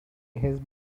حزب